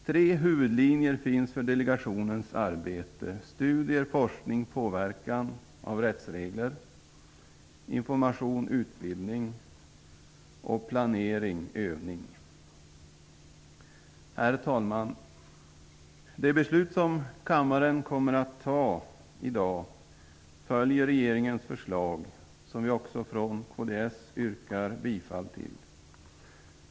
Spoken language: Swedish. Tre huvudlinjer finns för delegationens arbete: studier, forskning och påverkan av rättsregler, information och utbildning samt planering och övning. Herr talman! Det beslut som kammaren kommer att fatta i dag följer regeringens förslag, och vi i kds yrkar bifall till det förslaget.